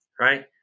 right